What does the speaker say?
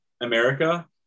America